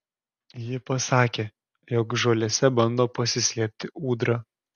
ji pasakė jog žolėse bando pasislėpti ūdra